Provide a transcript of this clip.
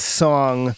song